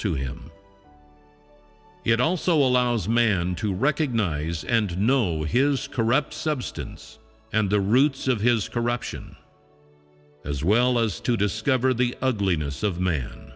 to him it also allows man to recognize and know his corrupt substance and the roots of his corruption as well as to discover the ugliness of man